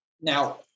Now